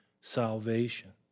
salvation